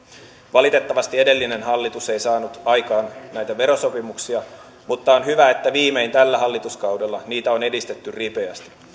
valitettavasti edellinen hallitus ei saanut aikaan näitä verosopimuksia mutta on hyvä että viimein tällä hallituskaudella niitä on edistetty ripeästi